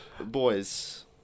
boys